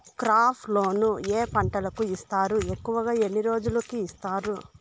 crop loan ఏ పంటలకు ఇస్తారు ఎక్కువగా ఎన్ని రోజులకి ఇస్తారు